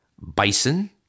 Bison